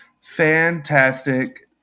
fantastic